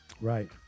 Right